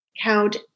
count